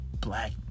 black